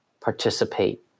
participate